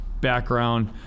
background